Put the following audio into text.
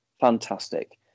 Fantastic